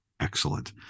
Excellent